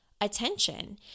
attention